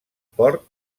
port